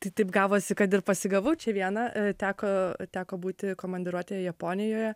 tai taip gavosi kad ir pasigavau čia vieną teko teko būti komandiruotėje japonijoje